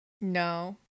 No